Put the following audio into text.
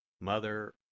Mother